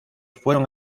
fueron